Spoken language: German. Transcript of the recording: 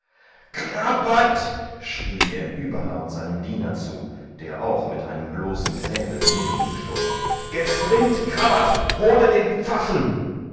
krabat schrie er überlaut seinem diener zu der auch mit einem bloßen säbel neben ihm stund geschwind krabat hole den pfaffen